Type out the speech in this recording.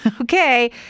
okay